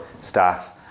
staff